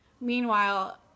meanwhile